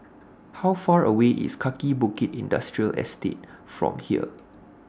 How Far away IS Kaki Bukit Industrial Estate from here